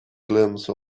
glimpse